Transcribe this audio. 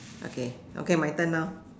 okay okay my turn now